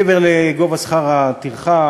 מעבר לגובה שכר הטרחה,